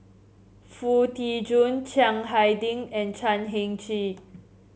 Foo Tee Jun Chiang Hai Ding and Chan Heng Chee